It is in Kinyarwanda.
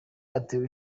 atewe